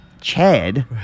Chad